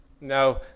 No